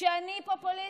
שאני פופוליסטית.